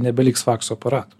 nebeliks fakso aparato